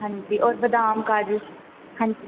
हंजी और बदाम काजू हंजी